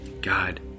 God